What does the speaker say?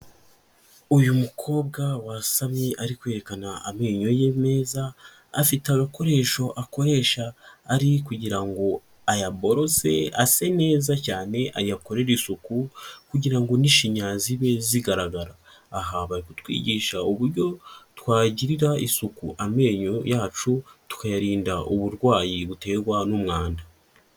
Uyu mukobwa wasamye ari kwerekana amenyo ye meza afite agakoresho akoresha ari kugira ngo ayaborose ase neza cyane ayakorere isuku kugira n'ishinya zibe zigaragara aha batwigisha uburyo twagirira isuku amenyo yacu tukayarinda uburwayi buterwa n'umwanda.